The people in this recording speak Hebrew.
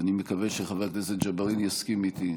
ואני מקווה שחבר הכנסת ג'בארין יסכים איתי,